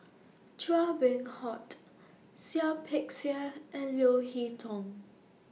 Chua Beng Huat Seah Peck Seah and Leo Hee Tong